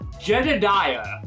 Jedediah